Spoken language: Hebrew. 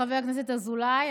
חבר הכנסת אזולאי,